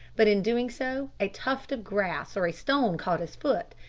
but in doing so a tuft of grass or a stone caught his foot,